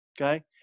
Okay